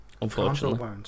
Unfortunately